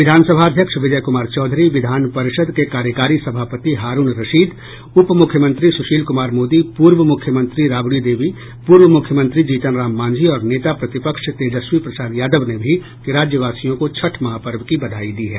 विधानसभा अध्यक्ष विजय कुमार चौधरी विधान परिषद के कार्यकारी सभापति हारूण रशीद उप मुख्यमंत्री सुशील कुमार मोदी पूर्व मुख्यमंत्री राबड़ी देवी पूर्व मुख्यमंत्री जीतन राम मांझी और नेता प्रतिपक्ष तेजस्वी प्रसाद यादव ने भी राज्यवासियों को छठ महापर्व की बधाई दी है